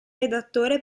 redattore